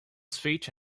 speech